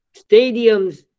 Stadiums